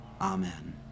Amen